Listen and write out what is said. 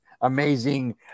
amazing